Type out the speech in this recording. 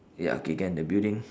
ya K can the building